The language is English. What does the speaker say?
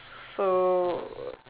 so